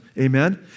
Amen